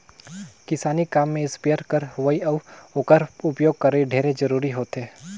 किसानी काम में इस्पेयर कर होवई अउ ओकर उपियोग करई ढेरे जरूरी होथे